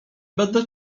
będę